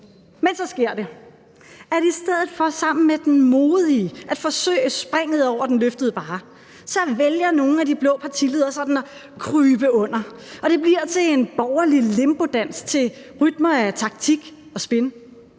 Men så sker det. I stedet for sammen med den modige at forsøge springet over den løftede barre vælger nogle af de blå partiledere sådan at krybe under, og det bliver til en borgerlig limbodans til rytmer af taktik og spin,